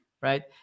right